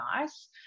nice